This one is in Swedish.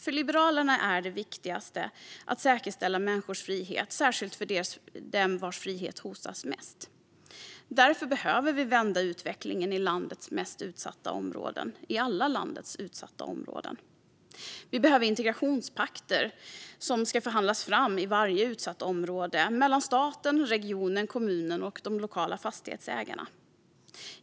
För Liberalerna är det viktigaste att säkerställa människors frihet, särskilt för dem vars frihet hotas mest. Vi behöver därför vända utvecklingen i landets alla utsatta områden. Vi behöver integrationspakter som i varje utsatt område ska förhandlas fram mellan staten, regionen, kommunen och de lokala fastighetsägarna.